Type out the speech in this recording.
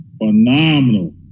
phenomenal